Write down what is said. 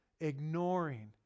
ignoring